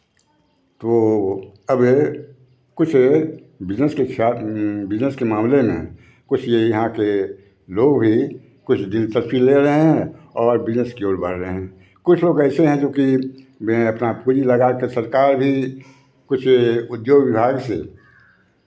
तो अब ये कुछ बिज़नेस के खिलाफ बिज़नेस के मामले में कुछ ये यहाँ के लोग भी कुछ दिलचस्पी ले रहे हैं और बिज़नेस की ओर बढ़ रहे हैं कुछ लोग ऐसे हैं जो कि बिज अपना पूंजी लगा के सरकार भी कुछ उद्योग विभाग से